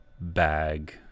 bag